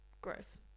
Gross